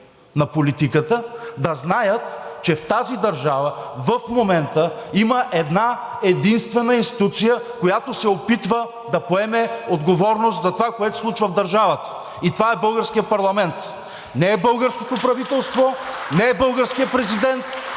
на политиката – да знаят, че в тази държава в момента има една-единствена институция, която се опитва да поеме отговорност за това, което се случва в държавата, и това е българският парламент. (Ръкопляскания от ГЕРБ-СДС.) Не е българското правителство, не е българският президент,